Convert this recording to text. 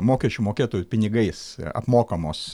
mokesčių mokėtojų pinigais apmokamos